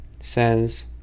says